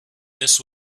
this